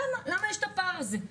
למה יש את הפער הזה?